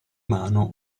mano